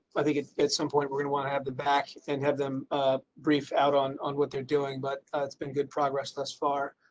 i think, at some point, we're going to want to have the back and have them brief out on on what they're doing. but it's been good progress thus far.